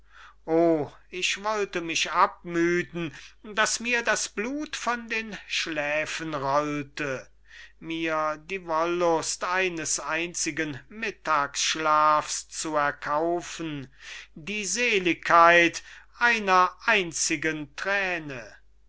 o ich wollte mich abmüden daß mir das blut von den schläfen rollte mir die wohllust eines einzigen mittagschlafs zu erkaufen die seligkeit einer einzigen thräne